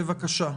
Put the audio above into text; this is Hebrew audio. בבקשה.